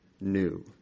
new